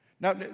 Now